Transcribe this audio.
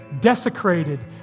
desecrated